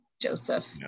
Joseph